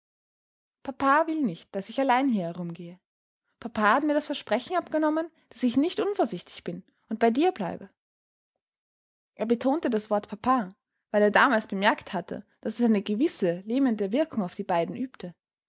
papa will nicht daß ich allein hier herumgehe papa hat mir das versprechen abgenommen daß ich nicht unvorsichtig bin und bei dir bleibe er betonte das wort papa weil er damals bemerkt hatte daß es eine gewisse lähmende wirkung auf die beiden übte